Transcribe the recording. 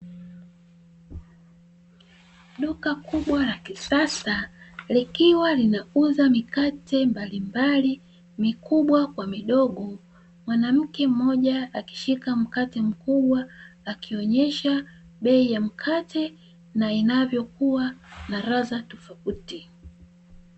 Duka kubwa la kisasa likiwa linauza mikate mbalimbali (mikubwa kwa midogo). Mwanamke mmoja akishika mkate mkubwa akionyesha bei ya mkate na inavyokuwa na ladha tofauti.